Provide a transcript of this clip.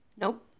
Nope